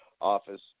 office